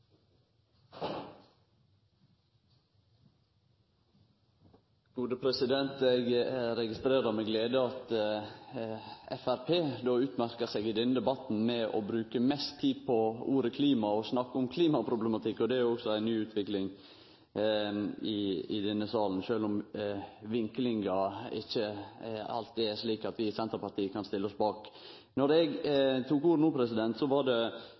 registrerer med glede at Framstegspartiet utmerkjer seg i denne debatten med å bruke mest tid på ordet «klima» og å snakke om klimaproblematikk. Det er også ei ny utvikling i denne salen, sjølv om vinklinga ikkje alltid er slik at vi i Senterpartiet kan stille oss bak. Når eg tok ordet no, var det for å kommentere nokre moment som eg ikkje rakk å omtale i hovudinnlegget mitt. Eg var